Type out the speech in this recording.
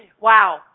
Wow